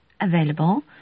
available